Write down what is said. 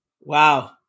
Wow